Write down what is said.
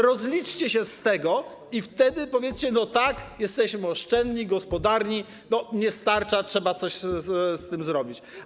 Rozliczcie się z tego i wtedy powiedzcie: tak, jesteśmy oszczędni, gospodarni, a jeśli nie starcza, to trzeba coś z tym zrobić.